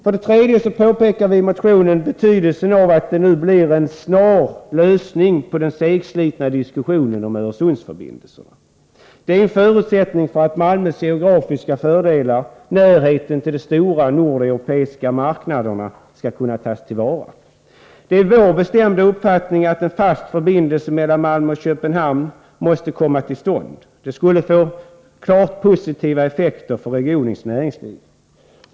För det tredje pekar vi i motionen på betydelsen av att det nu blir en snar lösning på den segslitna diskussionen om Öresundsförbindelserna. Det är en förutsättning för att Malmös geografiska fördelar, bl.a. närheten till de stora nordeuropeiska marknaderna, skall kunna tas till vara. Det är vår bestämda uppfattning att en fast förbindelse mellan Malmö och Köpenhamn måste komma till stånd. En sådan skulle få klart positiva effekter för regionens näringsliv.